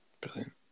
Brilliant